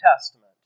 Testament